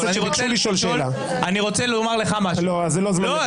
שאלה, תודה.